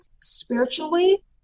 spiritually